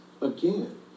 again